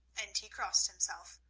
and he crossed himself,